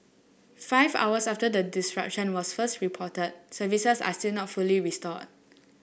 five hours after the disruption was first reported services are still not fully restored